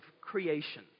creation